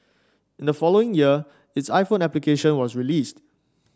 in the following year its iPhone application was released